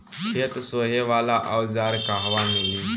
खेत सोहे वाला औज़ार कहवा मिली?